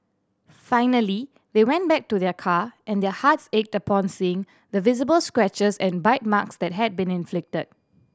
finally they went back to their car and their hearts ached upon seeing the visible scratches and bite marks that had been inflicted